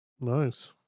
Nice